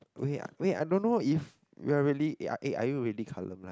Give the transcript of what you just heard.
wait wait I don't know if we are really eh are you really colourblind